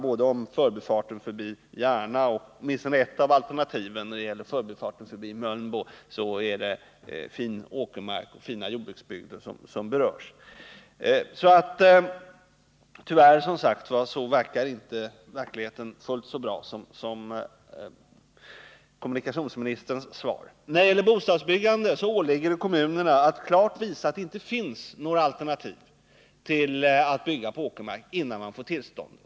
Både förbifarten förbi Järna och åtminstone ett av alternativen i fråga om förbifart förbi Mölnbo berör fina jordbruksbygder. Tyvärr ser verkligheten alltså inte fullt så bra ut som kommunikationsministerns Svar. När det gäller bostadsbyggandet åligger det kommunerna att klart visa att det inte finns några alternativ till att bygga på åkermark innan man får tillstånd.